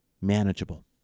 manageable